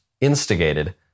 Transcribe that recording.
instigated